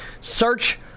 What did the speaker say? Search